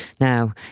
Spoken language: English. Now